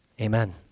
Amen